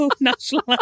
national